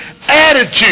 Attitude